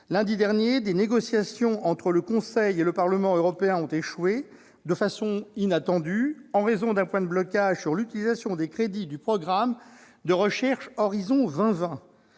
Lundi dernier, les négociations entre le Conseil et le Parlement européens ont échoué, de façon inattendue, en raison d'un blocage quant à l'utilisation des crédits du programme de recherche « Horizon 2020